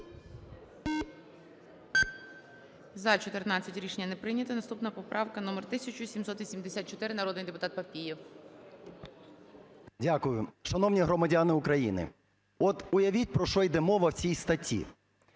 За-14 Рішення не прийнято. Наступна поправка номер 1784. Народний депутат Папієв. 16:32:32 ПАПІЄВ М.М. Дякую. Шановні громадяни України, от уявіть, про що йде мова в цій статті.